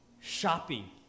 shopping